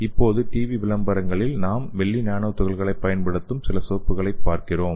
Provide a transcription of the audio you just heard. இப்போது டிவி விளம்பரங்களிலும் நாம் வெள்ளி நானோ துகள்களைப் பயன்படுத்தும் சில சோப்புகளைப் பார்க்கிறோம்